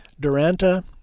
Duranta